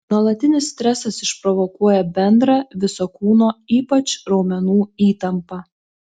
nuolatinis stresas išprovokuoja bendrą viso kūno ypač raumenų įtampą